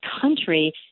country